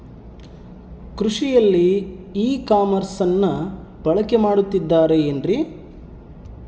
ಕೃಷಿಯಲ್ಲಿ ಇ ಕಾಮರ್ಸನ್ನ ಬಳಕೆ ಮಾಡುತ್ತಿದ್ದಾರೆ ಏನ್ರಿ?